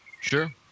Sure